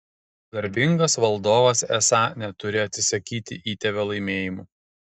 garbingas valdovas esą neturi atsisakyti įtėvio laimėjimų